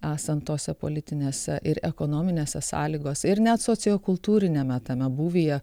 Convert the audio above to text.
esant tose politinėse ir ekonominėse sąlygos ir net sociokultūriniame tame būvyje